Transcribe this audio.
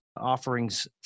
offerings